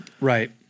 right